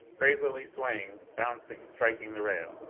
crazily swaying, bouncing, striking the rail.